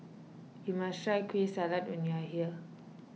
you must try Kueh Salat when you are here